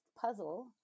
puzzle